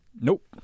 Nope